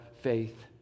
faith